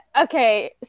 okay